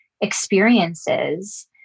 experiences